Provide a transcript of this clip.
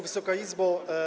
Wysoka Izbo!